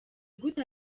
gute